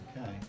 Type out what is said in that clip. Okay